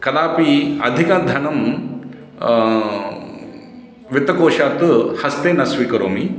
कदापि अधिकं धनं वित्तकोषात्तु हस्ते न स्वीकरोमि